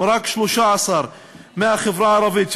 רק 13 מהחברה הערבית,